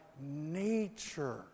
nature